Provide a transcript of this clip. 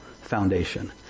foundation